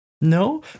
No